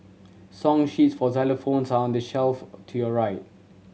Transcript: song sheets for xylophones are on the shelf to your right